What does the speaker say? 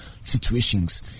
situations